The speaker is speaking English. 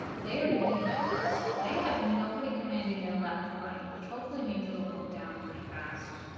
they are the defenders they have nobody commanding their left flank which hopefully means it'll go down pretty fast